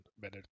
better